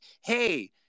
hey